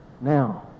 Now